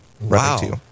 Wow